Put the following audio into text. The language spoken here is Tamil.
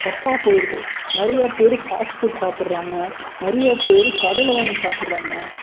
தப்பாக போயிடுது நிறைய பேர் ஃபாஸ்ட் ஃபுட் சாப்பிட்றாங்க நிறைய பேர் கடையில் வாங்கி சாப்பிட்றாங்க